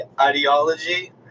ideology